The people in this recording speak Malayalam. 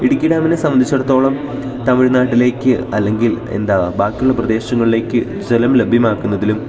ഇടുക്കി ഡാമിനെ സംബന്ധിച്ചിടത്തോളം തമിഴ്നാട്ടിലേക്ക് അല്ലെങ്കിൽ എന്താ ബാക്കിയുള്ള പ്രദേശങ്ങളിലേക്കു ജലം ലഭ്യമാക്കുന്നതിലും